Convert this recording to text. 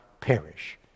perish